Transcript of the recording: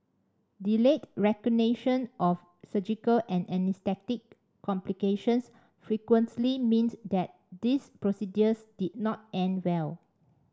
delayed recognition of surgical and anaesthetic complications frequently meant that these procedures did not end well